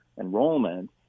enrollment